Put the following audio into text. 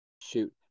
Shoot